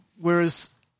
Whereas